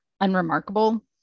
unremarkable